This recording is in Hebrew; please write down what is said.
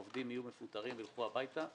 עובדים יהיו מפוטרים וילכו הביתה,